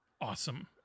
awesome